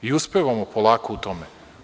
I uspevamo polako u tome.